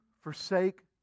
forsake